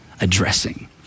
addressing